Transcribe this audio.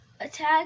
attack